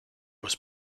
was